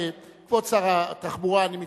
כבוד שר התחבורה, אני מצטער,